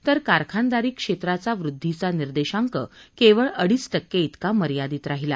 तर कारखानदारी क्षेत्राचा वृद्धीघा निर्देशांक केवळ अडीच टक्के इतका मर्यादित राहिला